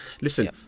Listen